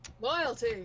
Loyalty